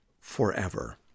forever